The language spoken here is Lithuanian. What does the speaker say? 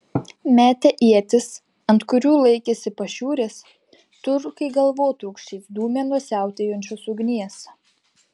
metę ietis ant kurių laikėsi pašiūrės turkai galvotrūkčiais dūmė nuo siautėjančios ugnies